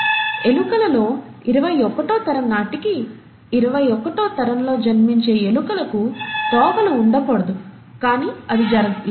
ఎలుకలలో ఇరవై ఒకటో తరం నాటికి ఇరవై ఒకటో తరంలో జన్మించే ఎలుకలకు తోకలు ఉండకూడదు కానీ అది జరగలేదు